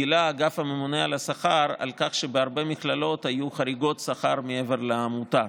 גילה אגף הממונה על השכר שבהרבה מכללות היו חריגות שכר מעבר למותר.